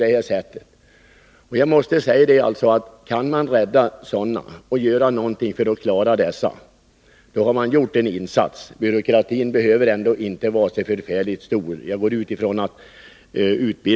Det kan synas hårt att kräva mopedkort för 15-åringar, men om man på detta sätt kan rädda livet på en och annan 15-åring, så har man gjort en insats. Det behöver inte betyda så mycket byråkrati.